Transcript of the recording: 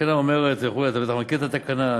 התקנה אומרת, אתה מכיר את התקנה,